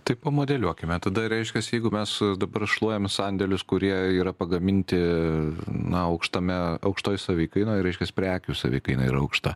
tai pamodeliuokime tada reiškias jeigu mes dabar šluojam sandėlius kurie yra pagaminti na aukštame aukštoj savikainoj reiškias prekių savikaina yra aukšta